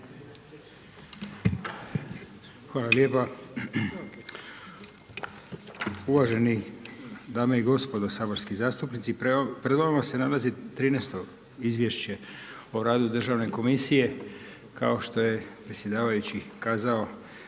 Hvala lijepa. Uvaženi dame i gospodo saborski zastupnici, pred vama se nalazi trinaesto Izvješće o radu Državne komisije kao što je predsjedavajući kazao